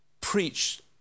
preach